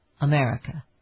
America